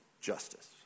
justice